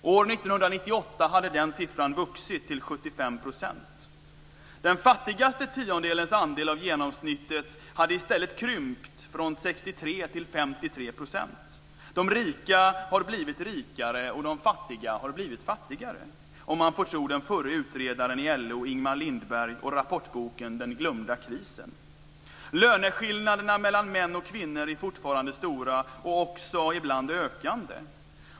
År 1998 hade den siffran vuxit till 75 %. Den fattigaste tiondelens andel av genomsnittet hade i stället krympt från 63 till 53 %. De rika har blivit rikare och de fattiga har blivit fattigare om man får tro den förre utredaren i LO Ingemar Lindberg och rapportboken Löneskillnaderna mellan män och kvinnor är fortfarande stora, och också ibland ökande.